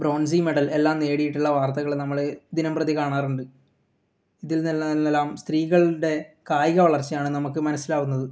bronzy medal എല്ലാം നേടിയിട്ടുള്ള വാർത്തകൾ നമ്മൾ ദിനം പ്രതി കാണാറുണ്ട് ഇതിൽ നിന്നെല്ലാം സ്ത്രീകളുടെ കായിക വളർച്ചയാണ് നമുക്ക് മനസ്സിലാകുന്നത്